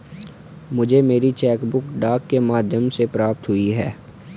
मुझे मेरी cheque book डाक के माध्यम से प्राप्त हुई है